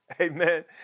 Amen